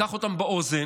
ייקח אותם באוזן,